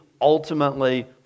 ultimately